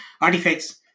artifacts